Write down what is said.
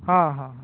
ହଁ ହଁ ହଁ